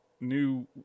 new